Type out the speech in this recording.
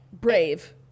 brave